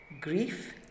grief